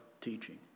teaching